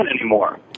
anymore